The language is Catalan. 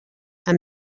amb